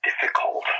difficult